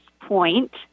point